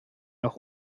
noch